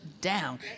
down